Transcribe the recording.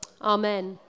Amen